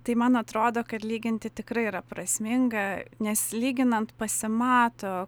tai man atrodo kad lyginti tikrai yra prasminga nes lyginant pasimato